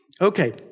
Okay